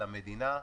למדינה,